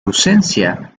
ausencia